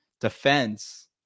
defense